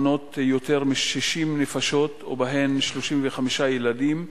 המונות יותר מ-60 נפשות ובהן 35 ילדים,